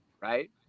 Right